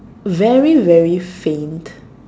very very faint